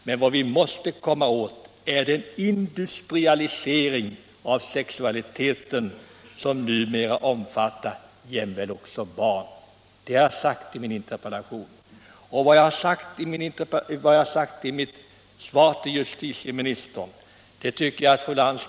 Men vad vi måste komma åt är den industrialisering av sexualiteten som numera också omfattar barn.” Jag tycker vidare att fru Lantz vid tillfälle skall läsa vad jag har sagt här i dag till justitieministern.